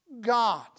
God